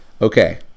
Okay